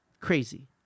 crazy